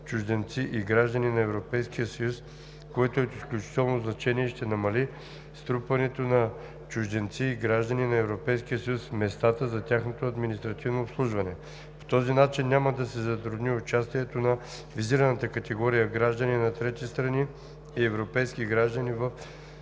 чужденци и граждани на Европейския съюз, което е от изключително значение и ще намали струпването на чужденци и граждани на Европейския съюз в местата за тяхното административно обслужване. По този начин няма да се затрудни участието на визираната категория граждани на трети страни и европейски граждани в